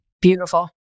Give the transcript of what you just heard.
beautiful